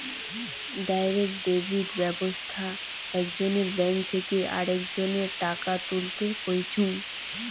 direct debit ব্যাবস্থাত একজনের bank থেকে আরেকজন টাকা তুলতে পাইচুঙ